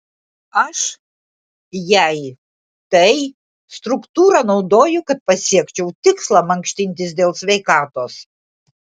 aš jei tai struktūrą naudoju kad pasiekčiau tikslą mankštintis dėl sveikatos